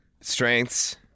Strengths